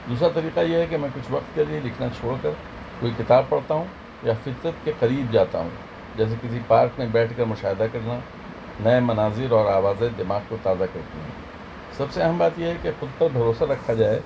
دوسرا طریقہ یہ ہے کہ میں کچھ وقت کے لیے لکھنا چھوڑ کر کوئی کتاب پڑھتا ہوں یا فطرت کے قریب جاتا ہوں جیسے کسی پارک میں بیٹھ کر مشاہدہ کرنا نئے مناظر اور آوازیں دماغ کو تازہ کرتی ہیں سب سے اہم بات یہ ہے کہ خود پر بھروسہ رکھا جائے